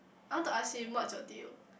I want to ask him what's your deal